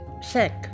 sick